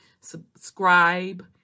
subscribe